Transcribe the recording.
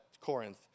Corinth